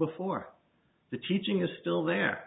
before the teaching is still there